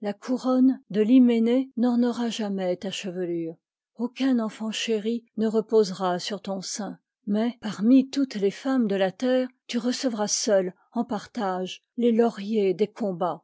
la couronne de l'hyménée n'ornera jamais ta che velure aucun enfant chéri ne reposera sur ton sein mais parmi toutes les femmes de la terre tu recevras seule en partage les lauriers des com